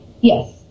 Yes